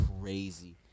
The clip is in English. crazy